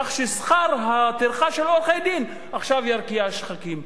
כך שכר הטרחה של עורכי-דין ירקיע שחקים.